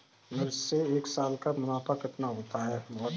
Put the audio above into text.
मिर्च से एक साल का मुनाफा कितना होता है?